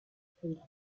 probably